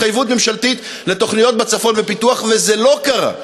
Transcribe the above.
התחייבות ממשלתית לתוכניות בצפון ופיתוח וזה לא קרה,